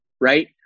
Right